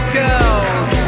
girls